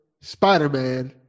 Spider-Man